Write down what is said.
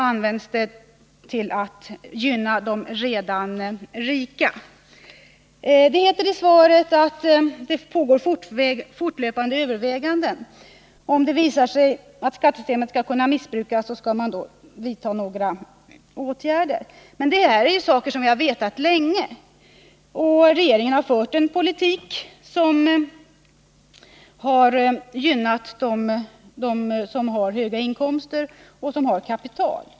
används den till att gynna de redan rika. Det heter i svaret att det pågår fortlöpande överväganden och att man, om det visar sig att skattesystemet kan missbrukas, skall kunna vidta åtgärder. Men dessa förhållanden har varit kända länge. Och regeringen har fört en politik som har gynnat dem som har höga inkomster och som har kapital.